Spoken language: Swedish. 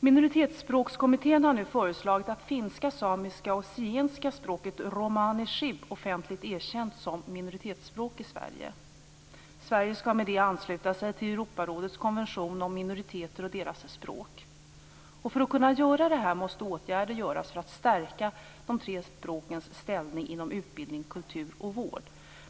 Minoritetsspråkskommittén har föreslagit att finska, samiska och Zigenska språket romani chib offentligt erkänns som minoritetsspråk i Sverige. Sverige skall med det ansluta sig till Europarådets konvention om minoriteter och deras språk. För att kunna göra detta måste åtgärder vidtas för att stärka de tre språkens ställning inom utbildning, kultur och vård.